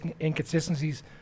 inconsistencies